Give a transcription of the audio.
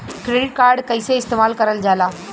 Credit card कईसे इस्तेमाल करल जाला?